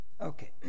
Okay